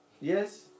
yes